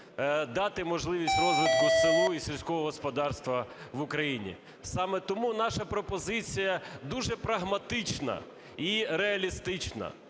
дати можливість розвитку села і сільського господарства в Україні. Саме тому наша пропозиція дуже прагматична і реалістична: